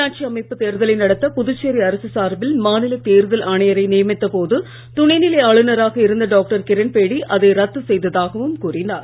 உள்ளாட்சி அமைப்பு தேர்தலை நடத்த புதுச்சேரி அரசு சார்பில் மாநில தேர்தல் ஆணையரை நியமித்த போது துணை நிலை ஆளுநராக இருந்த டாக்டர் கிரண்பேடி அதை ரத்து செய்ததாகவும் கூறினார்